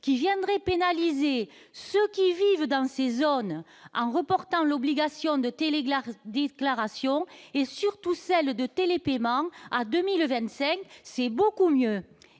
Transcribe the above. qui viendrait pénaliser ceux qui vivent dans ces zones, en reportant l'obligation de télédéclaration et surtout celle de télépaiement à 2025, c'est beaucoup mieux.